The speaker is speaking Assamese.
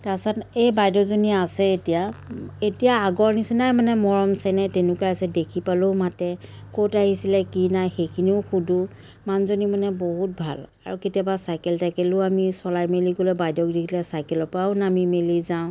তাৰ পাছত এই বাইদেউজনী আছেই এতিয়া এতিয়া আগৰ নিচিনাই মানে মৰম চেনেহ তেনেকুৱাই আছে দেখি পালেও মাতে ক'ত আহিছিলে কি নাই সেইখিনিও সুধোঁ মানুহজনী মানে বহুত ভাল আৰু কেতিয়াবা চাইকেল তাইকেলো আমিয়েই চলাই মেলি গ'লে বাইদেউক দেখিলে চাইকেলৰ পৰাও নামি মেলি যাওঁ